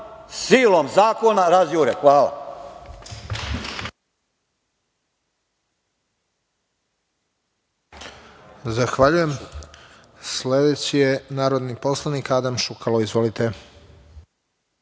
silom zakona razjure. Hvala.